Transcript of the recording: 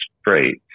straight